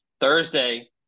Thursday